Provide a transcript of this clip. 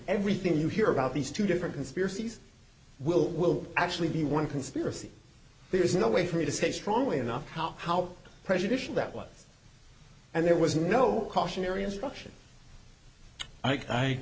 everything you hear about these two different conspiracies will will actually be one conspiracy there is no way for me to say strongly enough how how prejudicial that was and there was no cautionary instruction i